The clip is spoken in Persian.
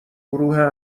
گروه